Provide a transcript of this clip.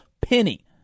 penny